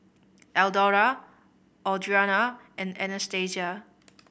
Eldora Audriana and Anastasia